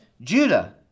Judah